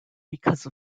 because